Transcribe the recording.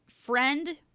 friend